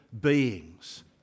beings